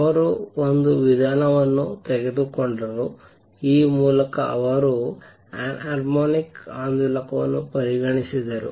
ಅವರು ಒಂದು ವಿಧಾನವನ್ನು ತೆಗೆದುಕೊಂಡರು ಆ ಮೂಲಕ ಅವರು ಅನ್ಹಾರ್ಮೋನಿಕ್ ಆಂದೋಲಕವನ್ನು ಪರಿಗಣಿಸಿದರು